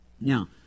Now